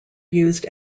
used